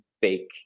fake